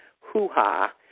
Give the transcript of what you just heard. hoo-ha